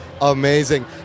amazing